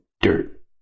dirt